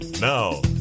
Now